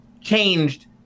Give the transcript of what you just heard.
changed